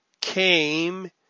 came